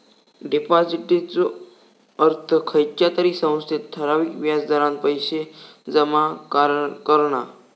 डिपाॅजिटचो अर्थ खयच्या तरी संस्थेत ठराविक व्याज दरान पैशे जमा करणा